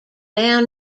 now